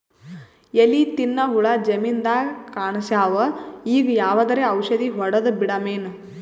ಎಲಿ ತಿನ್ನ ಹುಳ ಜಮೀನದಾಗ ಕಾಣಸ್ಯಾವ, ಈಗ ಯಾವದರೆ ಔಷಧಿ ಹೋಡದಬಿಡಮೇನ?